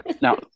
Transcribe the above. Now